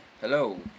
Hello